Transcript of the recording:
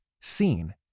seen